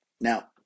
Now